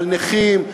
על נכים?